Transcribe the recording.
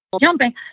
jumping